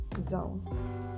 zone